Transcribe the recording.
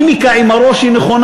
המימיקה שאתה עושה עם הראש היא נכונה.